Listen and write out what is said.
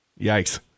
Yikes